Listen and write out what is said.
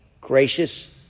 gracious